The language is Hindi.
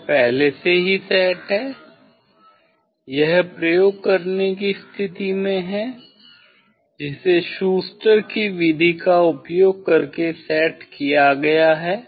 यह पहले से ही सेट है यह प्रयोग करने की स्थिति में है जिसे शूस्टर की विधि का उपयोग करके सेट किया गया है